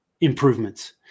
improvements